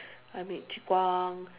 I meet Chi Guang